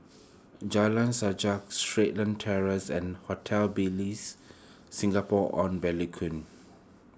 Jalan Sajak Starlight Terrace and Hotel Ibis Singapore on Bencoolen